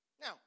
Now